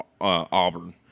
Auburn